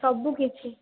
ସବୁ କିଛି